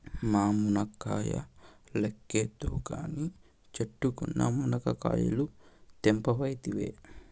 ఆ మునక్కాయ లెక్కేద్దువు కానీ, చెట్టుకున్న మునకాయలు తెంపవైతివే